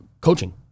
coaching